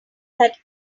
that